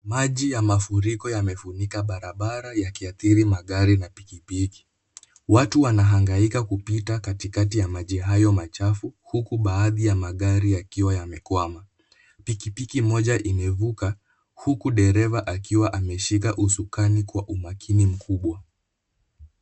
Maji ya mafuriko yamefunika barabara yakiathiri magari na pikipiki. Watu wanahangaika kupita katikati ya maji hayo machafu huku baadhi ya magari yakiwa yamekwama. Pikipiki moja imevuka huku dereva akiwa ameshika usukani kwa umakini mkubwa.